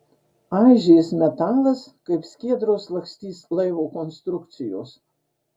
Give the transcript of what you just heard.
aižės metalas kaip skiedros lakstys laivo konstrukcijos